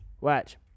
Watch